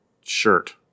shirt